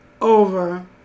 over